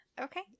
okay